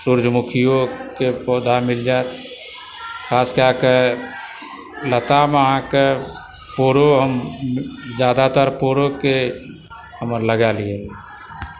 सुरजमुखिओके पौधा मिल जाइत खास कएकऽ लताम आहाँके पोरो हम जादातर पोरो हमरा लगाओलए